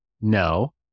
no